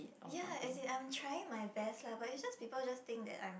ya as in I'm trying my best lah but it's just people just think that I'm